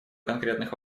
конкретных